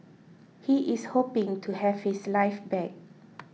he is hoping to have his life back